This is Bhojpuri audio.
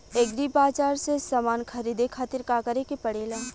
एग्री बाज़ार से समान ख़रीदे खातिर का करे के पड़ेला?